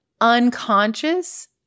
unconscious